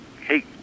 hey